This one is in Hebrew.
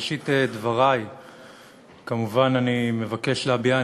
בראשית דברי אני מבקש כמובן להביע,